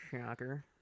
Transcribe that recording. Shocker